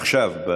עכשיו.